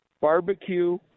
Barbecue